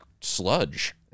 sludge